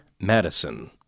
Madison